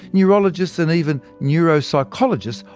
neurologists and even neuropsychologists,